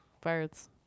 Birds